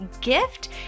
gift